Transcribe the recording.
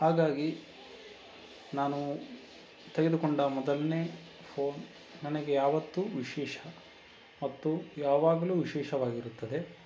ಹಾಗಾಗಿ ನಾನು ತೆಗೆದುಕೊಂಡ ಮೊದಲನೇ ಫೋನ್ ನನಗೆ ಯಾವತ್ತೂ ವಿಶೇಷ ಮತ್ತು ಯಾವಾಗಲೂ ವಿಶೇಷವಾಗಿರುತ್ತದೆ